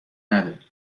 نده